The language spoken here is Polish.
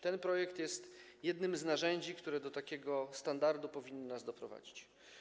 Ten projekt jest jednym z narzędzi, które do takiego standardu powinny nas doprowadzić.